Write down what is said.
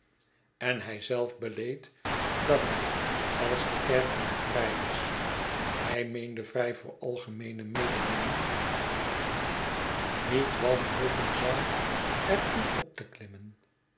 en hij zelf beleed dat hij als de kerk maar vrij was hij meende vrij voor algemeene mededinging niet wanhopen zou er in op te klimmen